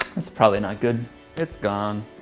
that's probably not good it's gone.